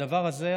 הדבר הזה,